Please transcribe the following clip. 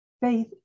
Faith